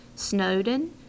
Snowden